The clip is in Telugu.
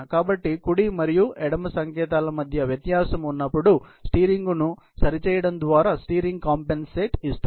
కాబట్టి కుడి మరియు ఎడమ సంకేతాల మధ్య వ్యత్యాసం ఉన్నప్పుడు స్టీరింగ్ను సరిచేయడం ద్వారా స్టీరింగ్ కంపెన్సేట్ ఇస్తుంది